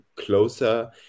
closer